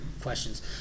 questions